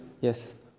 yes